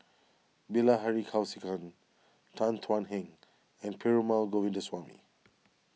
Bilahari Kausikan Tan Thuan Heng and Perumal Govindaswamy